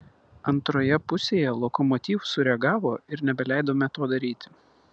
antroje pusėje lokomotiv sureagavo ir nebeleidome to daryti